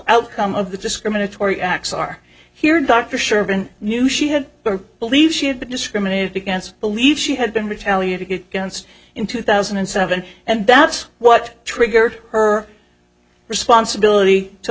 outcome of the discriminatory acts are here dr sherman knew she had to believe she had been discriminated against believe she had been retaliated against in two thousand and seven and that's what triggered her responsibility to